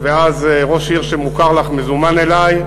ואז ראש עיר שמוכר לך מוזמן אלי,